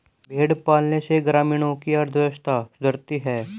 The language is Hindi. भेंड़ पालन से ग्रामीणों की अर्थव्यवस्था सुधरती है